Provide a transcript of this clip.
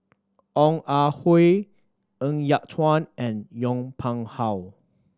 Ong Ah Hoi Ng Yat Chuan and Yong Pung How